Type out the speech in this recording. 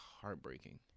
heartbreaking